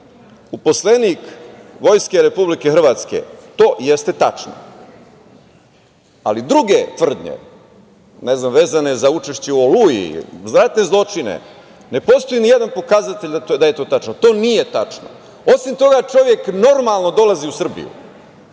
uposlenik vojske Republike Hrvatske to jeste tačno, ali druge tvrdnje, ne znam vezane za učešće u „Oluji“, za ratne zločine, ne postoji ni jedan pokazatelj da je to tačno. To nije tačno. Osim toga čovek normalno dolazi u Srbiju